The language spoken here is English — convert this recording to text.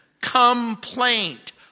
complaint